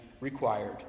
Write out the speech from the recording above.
required